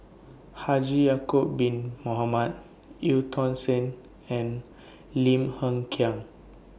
Haji Ya'Acob Bin Mohamed EU Tong Sen and Lim Hng Kiang